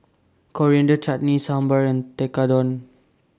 Coriander Chutney Sambar and Tekkadon